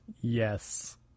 Yes